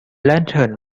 lantern